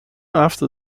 after